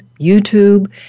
YouTube